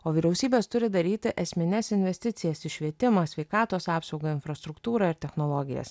o vyriausybės turi daryti esmines investicijas švietimą sveikatos apsaugą infrastruktūrą ir technologijas